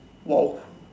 !wow!